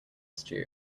stew